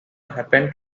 happened